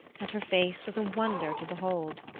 and her face was a wonder to behold.